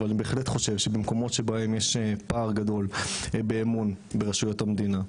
אבל אני בהחלט חושב שבמקומות שבהם יש פער גדול באמון ברשויות המדינה,